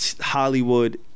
Hollywood